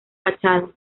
fachada